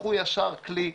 לקחו ישר כלי.